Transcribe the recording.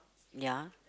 ya